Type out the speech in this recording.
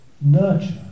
nurture